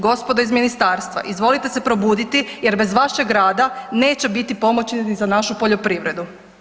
Gospodo iz ministarstva, izvolite se probuditi jer bez vašeg rada neće biti pomoći niti za našu poljoprivredu.